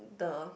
the